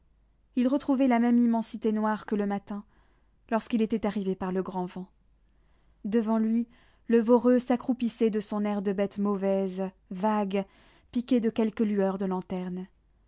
il retrouvait la même immensité noire que le matin lorsqu'il était arrivé par le grand vent devant lui le voreux s'accroupissait de son air de bête mauvaise vague piqué de quelques lueurs de lanterne